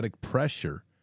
pressure